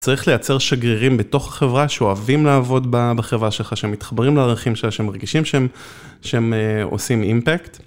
צריך לייצר שגרירים בתוך החברה, שאוהבים לעבוד בחברה שלך, שמתחברים לערכים שלה, שמרגישים שהם עושים אימפקט.